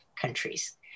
countries